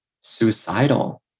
suicidal